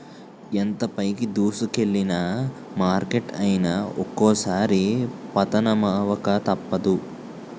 ఎంత పైకి దూసుకెల్లిన మార్కెట్ అయినా ఒక్కోసారి పతనమవక తప్పదు